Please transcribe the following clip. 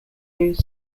lagos